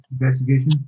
investigation